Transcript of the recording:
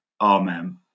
Amen